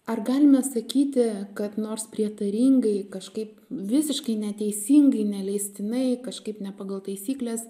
ar galima sakyti kad nors prietaringai kažkaip visiškai neteisingai neleistinai kažkaip ne pagal taisykles